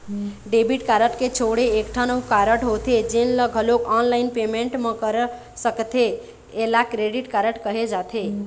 debit card के छोड़े एकठन अउ कारड होथे जेन ल घलोक ऑनलाईन पेमेंट म कर सकथे एला क्रेडिट कारड कहे जाथे